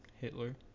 Hitler